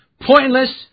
pointless